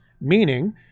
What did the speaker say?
meaning